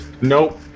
Nope